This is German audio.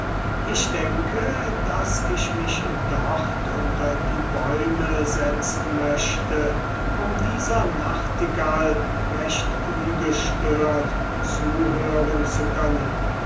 ich denke daß ich mich dort unter die bäume setzen möchte um dieser nachtigall recht ungestört zuhören zu können